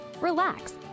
relax